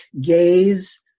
gaze